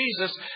Jesus